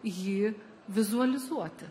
jį vizualizuoti